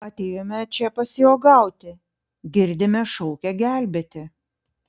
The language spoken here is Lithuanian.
atėjome čia pasiuogauti girdime šaukia gelbėti